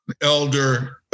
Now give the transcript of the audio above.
Elder